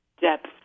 depth